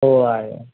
हो आहे